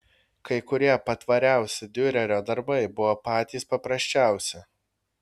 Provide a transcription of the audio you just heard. kai kurie patvariausi diurerio darbai buvo patys paprasčiausi